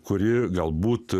kuri galbūt